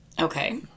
Okay